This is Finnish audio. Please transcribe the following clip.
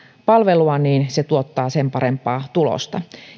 palvelua sen parempaa tulosta